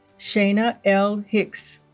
shayna l. hicks